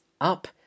up